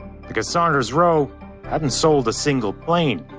because sounders-roe hadn't sold a single plane.